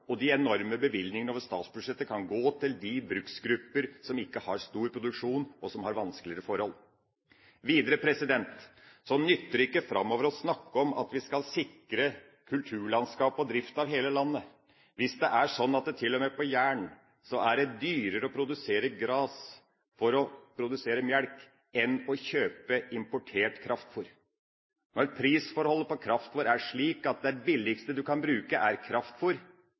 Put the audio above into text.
og de enorme bevilgningene over statsbudsjettet kan gå til de bruksgrupper som ikke har stor produksjon, og som har vanskeligere forhold. Videre nytter det ikke framover å snakke om at vi skal sikre kulturlandskap og drift av hele landet, hvis det er sånn at det til og med på Jæren er dyrere å produsere gras for å produsere mjølk enn å kjøpe importert kraftfôr. Når prisen på kraftfôr er slik at det billigste en kan bruke, er